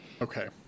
Okay